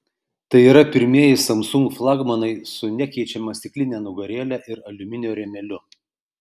tai yra pirmieji samsung flagmanai su nekeičiama stikline nugarėle ir aliuminio rėmeliu